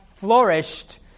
flourished